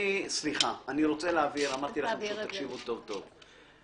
אני רוצה להבהיר, תקשיבו טוב טוב.